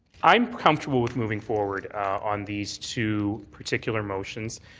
i'm comfortable with moving forward on these two particular motions.